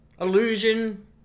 Illusion